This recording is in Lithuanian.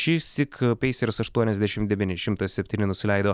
šįsyk spacers aštuoniasdešimt devyni šimtas septyni nusileido